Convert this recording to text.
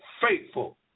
faithful